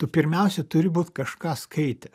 tu pirmiausia turi būt kažką skaitęs